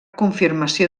confirmació